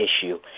issue